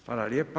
Hvala lijepa.